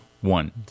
one